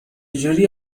جوری